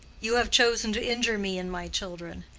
you have chosen to injure me and my children.